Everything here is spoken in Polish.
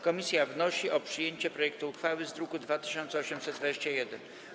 Komisja wnosi o przyjęcie projektu uchwały z druku nr 2821.